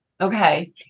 Okay